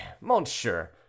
monsieur